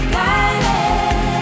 guided